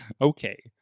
Okay